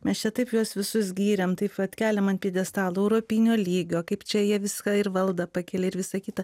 mes čia taip juos visus gyriam taip vat keliam ant pjedestalo europinio lygio kaip čia jie viską ir valdą pakelia ir visa kita